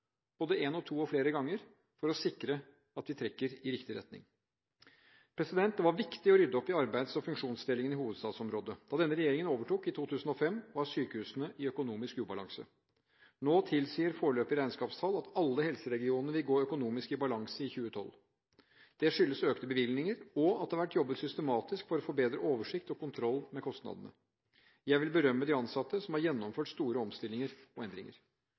både en og to og flere ganger, for å sikre at vi trekker i riktig retning. Det var viktig å rydde opp i arbeids- og funksjonsdelingen i hovedstadsområdet. Da denne regjeringen overtok i 2005, var sykehusene i økonomisk ubalanse. Nå tilsier foreløpige regnskapstall at alle helseregionene vil gå i økonomisk balanse i 2012. Det skyldes økte bevilgninger og at det har vært jobbet systematisk for å få bedre oversikt over og kontroll med kostnadene. Jeg vil berømme de ansatte, som har gjennomført store omstillinger og endringer.